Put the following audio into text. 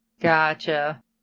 Gotcha